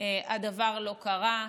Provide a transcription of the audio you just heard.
והדבר לא קרה.